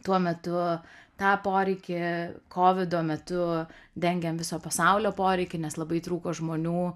tuo metu tą poreikį kovido metu dengiam viso pasaulio poreikį nes labai trūko žmonių